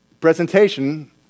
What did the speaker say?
presentation